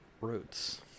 Roots